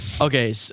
Okay